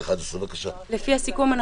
לפי הסיכום,